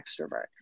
extrovert